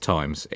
Times